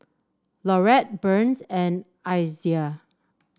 Laurette Burns and Isiah